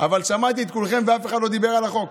אבל שמעתי את כולכם ואף אחד לא דיבר על החוק.